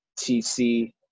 TC